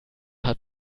hat